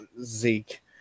Zeke